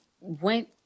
went